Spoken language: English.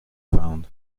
found